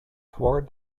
toward